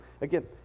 again